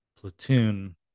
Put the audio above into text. platoon